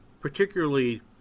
particularly